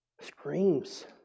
screams